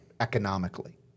economically